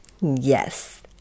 Yes